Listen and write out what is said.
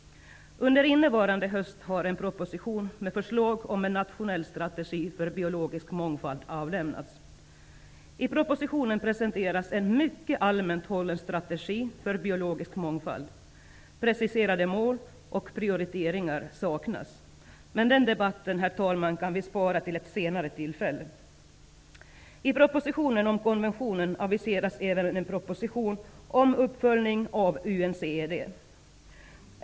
Under innevarande höst har en proposition med förslag om en nationell strategi för biologisk mångfald avlämnats. I propositionen presenteras en mycket allmänt hållen strategi för biologisk mångfald. Preciserade mål och prioriteringar saknas. Men den debatten kan vi spara till ett senare tillfälle. I propositionen om konventionen aviseras även en proposition om uppföljning av UNCED.